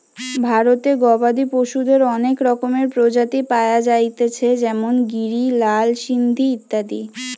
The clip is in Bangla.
ভারতে গবাদি পশুদের অনেক রকমের প্রজাতি পায়া যাইতেছে যেমন গিরি, লাল সিন্ধি ইত্যাদি